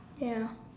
ya